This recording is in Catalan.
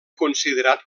considerat